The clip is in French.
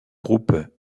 groupe